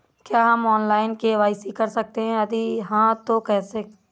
क्या हम online KYC कर सकते हैं यदि हाँ तो कैसे?